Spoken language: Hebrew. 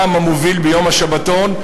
העם המוביל ביום השבתון,